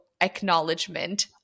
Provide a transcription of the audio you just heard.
acknowledgement